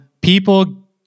people